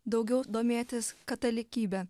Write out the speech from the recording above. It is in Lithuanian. daugiau domėtis katalikybe